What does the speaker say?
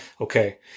Okay